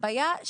הבעיה היא